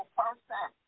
person